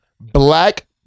black